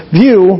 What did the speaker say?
view